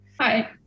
Hi